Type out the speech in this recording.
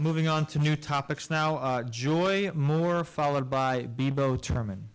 moving on to new topics now our joy more followed by terman